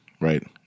right